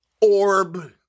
orb